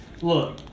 Look